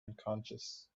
unconscious